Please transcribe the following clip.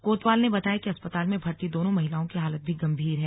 कोतवाल ने बताया कि अस्पताल में भर्ती दोनों महिलाओं की हालत भी गम्भीर है